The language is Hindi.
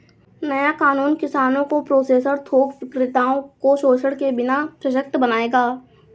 नया कानून किसानों को प्रोसेसर थोक विक्रेताओं को शोषण के बिना सशक्त बनाएगा